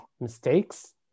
mistakes